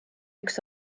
üks